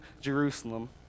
Jerusalem